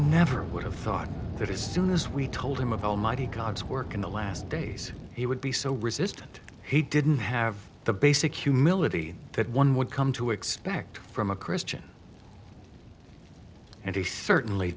never would have thought that he soon as we told him of almighty god's work in the last days he would be so resistant he didn't have the basic humility that one would come to expect from a christian and he certainly